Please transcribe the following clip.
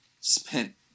spent